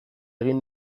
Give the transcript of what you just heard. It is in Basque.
egin